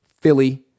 Philly